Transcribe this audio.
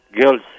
girls